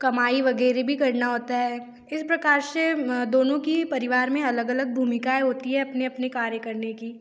कमाई वग़ैरह भी करना होता है इस प्रकार से दोनों के परिवार में अलग अलग भूमिकाएँ होती हैं अपने अपने कार्य करने की